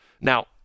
Now